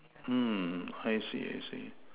mm I see I see